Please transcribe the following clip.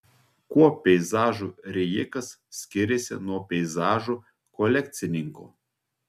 kuo peizažų rijikas skiriasi nuo peizažų kolekcininko